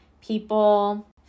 People